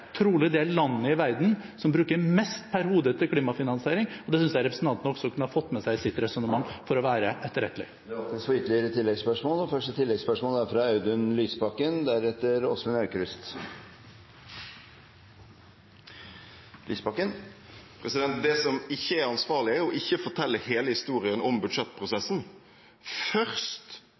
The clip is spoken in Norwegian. det landet i verden som bruker mest per hode til klimafinansiering, og det synes jeg representanten også kunne ha fått med seg i sitt resonnement, for å være etterrettelig. Det åpnes for oppfølgingsspørsmål – først Audun Lysbakken. Det som ikke er ansvarlig, er å ikke fortelle hele historien om budsjettprosessen. Først